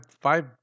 five